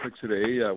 today